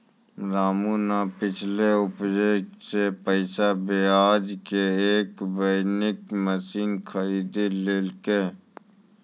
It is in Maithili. रामू नॅ पिछलो उपज सॅ पैसा बजाय कॅ एक विनोइंग मशीन खरीदी लेलकै